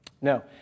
No